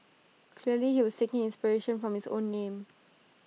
clearly he was thinking inspiration from his own name